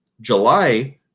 July